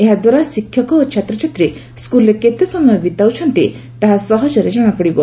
ଏହା ଦ୍ୱାରା ଶିକ୍ଷକ ଓ ଛାତ୍ରଛାତ୍ରୀ ସ୍କୁଲରେ କେତେ ସମୟ ବିତାଉଛନ୍ତି ତାହା ସହଜରେ ବିଭାଗକୁ ଜଶାପଡିବ